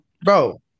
bro